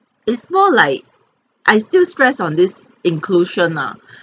it's more like I still stress on this inclusion ah